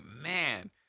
man